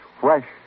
fresh